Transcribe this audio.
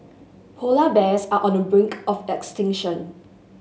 polar bears are on the brink of extinction